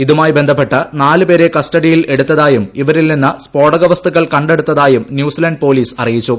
ഇതുമായി ബന്ധപ്പെട്ട് നാലുപേരെ കസ്റ്റഡിയിൽ എടുത്തായും ഇവരിൽ നിന്ന് സ്ഫോടക വസ്തുക്കൾ കണ്ടെത്തിയതായും ന്യൂസിലാൻഡ് പൊലീസ് അറിയിച്ചു